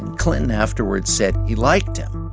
clinton afterwards said he liked him.